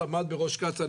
עמד בראש קצא"א,